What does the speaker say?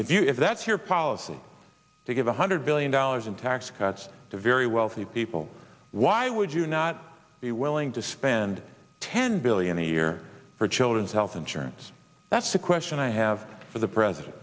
if you if that's your policy to give one hundred billion dollars in tax cuts to very wealthy people why would you not be willing to spend ten billion a year for children's health insurance that's a question i have for the president